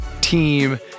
team